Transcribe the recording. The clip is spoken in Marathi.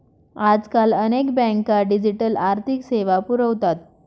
आजकाल अनेक बँका डिजिटल आर्थिक सेवा पुरवतात